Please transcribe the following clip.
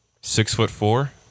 six-foot-four